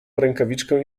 rękawiczkę